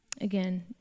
Again